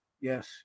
Yes